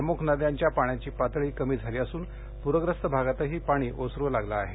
प्रमुख नद्यांची पाण्याची पातळी कमी झाली असून पूरग्रस्त भागातही पाणी ओसरू लागलं आहे